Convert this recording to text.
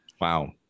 Wow